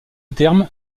terme